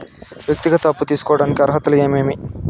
వ్యక్తిగత అప్పు తీసుకోడానికి అర్హతలు ఏమేమి